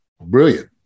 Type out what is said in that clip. Brilliant